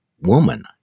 woman